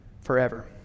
forever